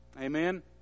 Amen